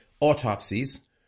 autopsies